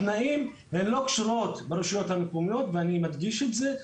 התנאים הם לא קשורים לרשויות מקומיות ואני מדגיש את זה.